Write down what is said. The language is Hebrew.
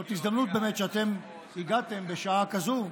זאת הזדמנות, באמת, שאתם הגעתם בשעה כזו,